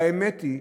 והאמת היא,